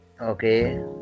Okay